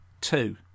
Two